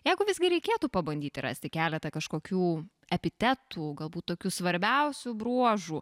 jeigu visgi reikėtų pabandyti rasti keletą kažkokių epitetų galbūt tokių svarbiausių bruožų